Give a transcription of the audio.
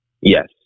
Yes